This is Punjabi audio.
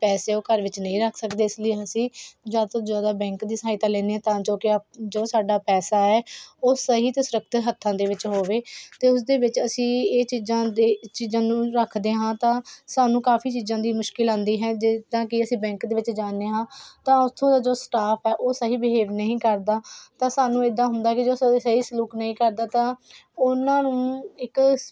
ਪੈਸੇ ਉਹ ਘਰ ਵਿੱਚ ਨਹੀਂ ਰੱਖ ਸਕਦੇ ਇਸ ਲਈ ਅਸੀਂ ਜ਼ਿਆਦਾ ਤੋਂ ਜ਼ਿਆਦਾ ਬੈਂਕ ਦੀ ਸਹਾਇਤਾ ਲੈਂਦੇ ਹਾਂ ਤਾਂ ਜੋ ਕਿ ਜੋ ਸਾਡਾ ਪੈਸਾ ਹੈ ਉਹ ਸਹੀ ਅਤੇ ਸੁਰੱਖਿਅਤ ਹੱਥਾਂ ਦੇ ਵਿੱਚ ਹੋਵੇ ਅਤੇ ਉਸਦੇ ਵਿੱਚ ਅਸੀਂ ਇਹ ਚੀਜ਼ਾਂ ਦੇ ਚੀਜ਼ਾਂ ਨੂੰ ਰੱਖਦੇ ਹਾਂ ਤਾਂ ਸਾਨੂੰ ਕਾਫੀ ਚੀਜ਼ਾਂ ਦੀ ਮੁਸ਼ਕਲ ਆਉਂਦੀ ਹੈ ਜਿੱਦਾਂ ਕਿ ਅਸੀਂ ਬੈਂਕ ਦੇ ਵਿੱਚ ਜਾਂਦੇ ਹਾਂ ਤਾਂ ਉੱਥੋਂ ਦਾ ਜੋ ਸਟਾਫ ਆ ਉਹ ਸਹੀ ਬਿਹੇਵ ਨਹੀਂ ਕਰਦਾ ਤਾਂ ਸਾਨੂੰ ਇੱਦਾਂ ਹੁੰਦਾ ਕਿ ਜੋ ਸਹੀ ਸਲੂਕ ਨਹੀਂ ਕਰਦਾ ਤਾਂ ਉਹਨਾਂ ਨੂੰ ਇੱਕ